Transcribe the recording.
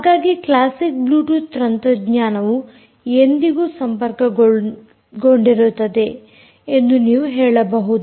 ಹಾಗಾಗಿ classic Bluetooth ತಂತ್ರಜ್ಞಾನವು ಎಂದಿಗೂ ಸಂಪರ್ಕಗೊಂಡಿರುತ್ತದೆ ಎಂದು ನೀವು ಹೇಳಬಹುದು